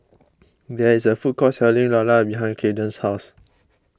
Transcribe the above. there is a food court selling Lala behind Kamden's house